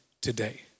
today